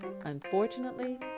Unfortunately